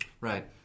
Right